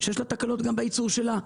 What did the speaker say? ויש לה תקלות בייצור שלה.